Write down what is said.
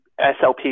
SLP